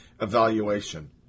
evaluation